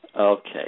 Okay